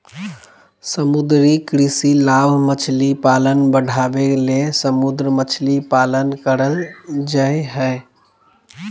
समुद्री कृषि लाभ मछली पालन बढ़ाबे ले समुद्र मछली पालन करल जय हइ